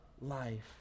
life